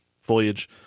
foliage